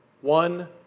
One